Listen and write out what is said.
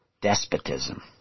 despotism